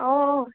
অঁ